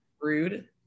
rude